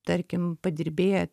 tarkim padirbėję